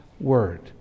word